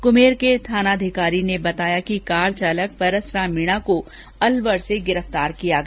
कुम्हेर के थानाधिकारी रघुवीर सिंह ने बताया कि कार चालक परसराम मीणा को अलवर से गिरफतार किया गया